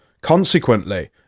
consequently